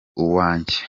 uwanjye